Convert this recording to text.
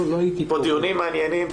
יש פה דיונים מעניינים.